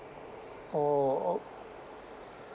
oh o~